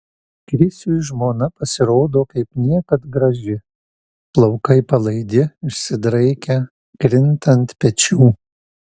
krisiui žmona pasirodo kaip niekad graži plaukai palaidi išsidraikę krinta ant pečių